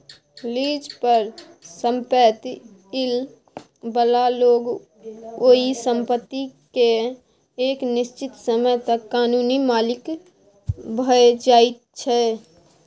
lease पर संपैत लइ बला लोक ओइ संपत्ति केँ एक निश्चित समय तक कानूनी मालिक भए जाइ छै